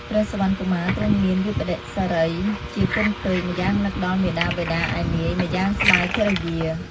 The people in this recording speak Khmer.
ព្រះសុវណ្ណកុមារទ្រង់មានវិប្បដិសារៈជាពន់ពេក ម្យ៉ាងនឹកដល់មាតាបិតាឯនាយ ម្យ៉ាងស្តាយភរិយា។